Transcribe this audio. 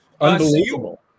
Unbelievable